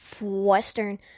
Western